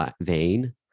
vein